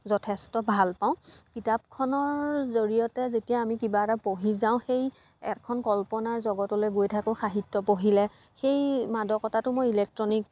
যথেষ্ট ভাল পাওঁ কিতাপখনৰ জৰিয়তে যেতিয়া আমি কিবা এটা পঢ়ি যাওঁ সেই এখন কল্পনাৰ জগতলে গৈ থাকোঁ সাহিত্য পঢ়িলে সেই মাদকতাটো মই ইলেকট্ৰনিক